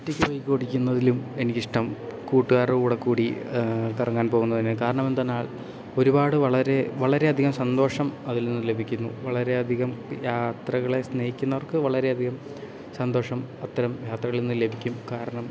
ഒറ്റക്ക് ബൈക്കോടിക്കുന്നതിലും എനിക്ക് ഇഷ്ടം കൂട്ടുകാരുടെ കൂടെ കൂടി കറങ്ങാൻ പോകുന്നത് തന്നെയാണ് കാരണം എന്തെന്നാൽ ഒരുപാട് വളരെ വളരെ അധികം സന്തോഷം അതിൽ നിന്ന് ലഭിക്കുന്നു വളരെ അധികം യാത്രകളെ സ്നേഹിക്കുന്നവർക്ക് വളരെ അധികം സന്തോഷം അത്തരം യാത്രകളിൽ നിന്ന് ലഭിക്കും കാരണം